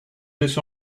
this